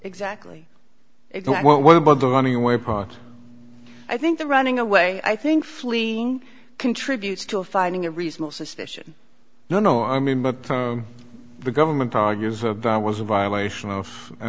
exactly it's what about the running away part i think the running away i think fleeing contributes to a finding a reasonable suspicion no no i mean what the government argues about was a violation of a